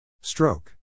Stroke